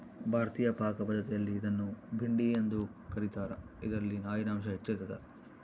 ಭಾರತೀಯ ಪಾಕಪದ್ಧತಿಯಲ್ಲಿ ಇದನ್ನು ಭಿಂಡಿ ಎಂದು ಕ ರೀತಾರ ಇದರಲ್ಲಿ ನಾರಿನಾಂಶ ಹೆಚ್ಚಿರ್ತದ